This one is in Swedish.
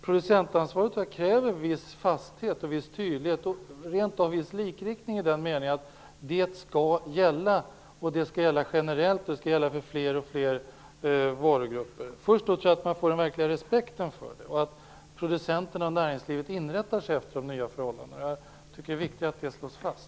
Producentansvaret kräver en viss fasthet och tydlighet, rent av en viss likriktning i den meningen att det skall gälla generellt, och det skall gälla fler och fler varugrupper. Först måste man skapa den verkliga respekten för det, så att producenterna inom näringslivet rättar sig efter de nya förhållandena. Jag tycker att det är viktigt att det slås fast.